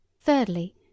Thirdly